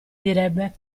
direbbe